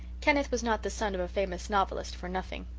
kenneth was not the son of a famous novelist for nothing.